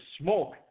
smoke